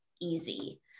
easy